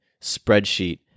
spreadsheet